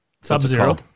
Sub-Zero